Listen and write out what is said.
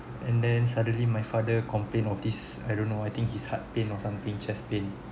and then suddenly my father complain of this I don't know I think his heart pain or something chest pain